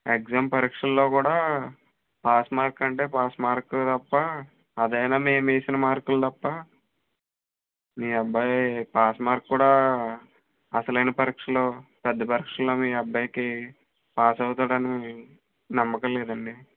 exam పరీక్షల్లో కూడా pass mark అంటే పాస్ మార్క్ తప్పా అదైనా మేము వేసిన మార్కులు తప్పా మీ అబ్బాయి పాస్ మార్క్ కూడా అసలైన పరీక్షలో పెద్ద పరీక్షలు మీ అబ్బాయికి పాస్ అవుతాడని నమ్మకం లేదండి